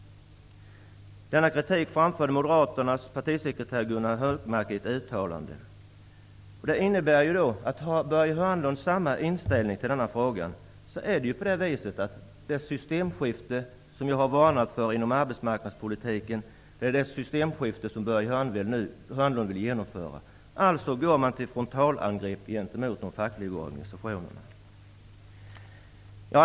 Denna kritik framför Moderaternas partisekreterare Hörnlund har samma inställning innebär det att han nu vill genomföra det systemskifte inom arbetsmarknadspolitiken som jag har varnat för. Man går alltså till frontalangrepp gentemot de fackliga organisationerna.